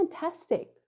fantastic